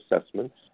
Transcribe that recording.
assessments